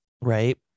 Right